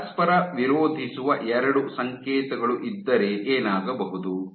ಪರಸ್ಪರ ವಿರೋಧಿಸುವ ಎರಡು ಸಂಕೇತಗಳು ಇದ್ದರೆ ಏನಾಗಬಹುದು